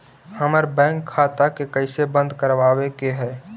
हमर बैंक खाता के कैसे बंद करबाबे के है?